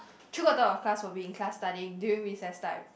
three quarters of the class will be in class studying during recess time